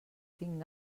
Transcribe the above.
tinc